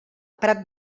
prat